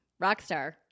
Rockstar